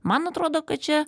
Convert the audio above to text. man atrodo kad čia